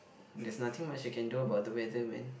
there's nothing much you can do about the weather man